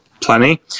plenty